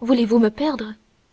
voulez-vous me perdre